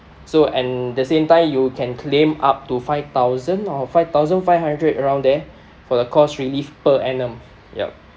so and the same time you can claim up to five thousand or five thousand five hundred around there for the course relief per annum yup